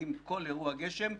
עם כל אירוע גשם,